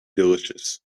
delicious